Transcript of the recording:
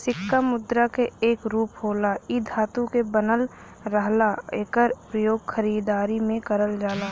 सिक्का मुद्रा क एक रूप होला इ धातु क बनल रहला एकर प्रयोग खरीदारी में करल जाला